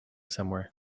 somewhere